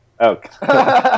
Okay